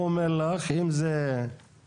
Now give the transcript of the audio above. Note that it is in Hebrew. הוא אומר לך אם זה יתקבל,